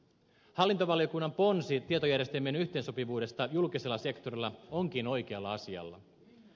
hallintovaliokunnan ponsi tietojärjestelmien yhteensopivuudesta julkisella sektorilla onkin oikealla asialla